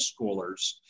schoolers